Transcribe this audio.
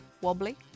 Wobbly